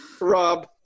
Rob